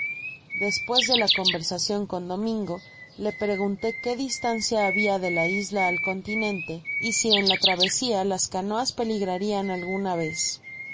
despues de la conversacion con domingo le pregunté que distancia habia de la isla al continente y sien la travesia las canoa peligrarian alguna vez